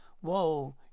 whoa